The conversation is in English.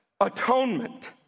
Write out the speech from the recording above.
atonement